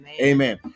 Amen